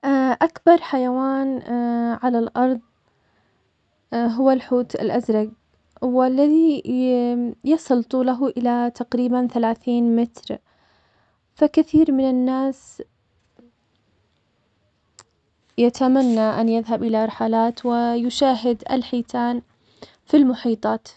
أكبر حيوان على الأرض هو الحوت بالأزرق, والذي يصل طوله إلى تقريباً ثلاثين متر, فكثيراً من الناس يتمنى أن يذهب إلى رحلات ويشاهد الحيتان في المحيطات.